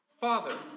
Father